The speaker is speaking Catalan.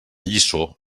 lliçó